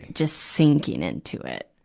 just sinking into it.